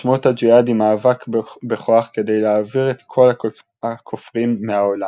משמעות הג'יהאד היא מאבק בכוח כדי להעביר את כל ה"כופרים" מהעולם.